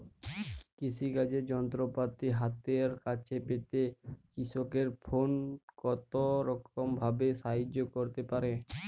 কৃষিকাজের যন্ত্রপাতি হাতের কাছে পেতে কৃষকের ফোন কত রকম ভাবে সাহায্য করতে পারে?